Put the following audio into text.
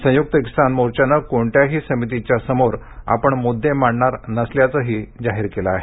संयुक्त किसान मोर्चानं कोणत्याही समितीच्या समोर मुद्दे मांडणार नसल्याचं जाहीर केलं आहे